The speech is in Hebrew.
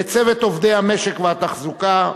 צוות עובדי המשק והתחזוקה,